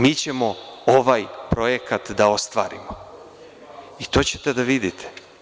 Mi ćemo ovaj projekat da ostvarimo i to ćete da vidite.